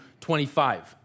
25